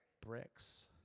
bricks